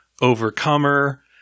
Overcomer